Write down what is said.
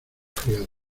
criados